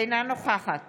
אינה נוכחת